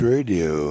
Radio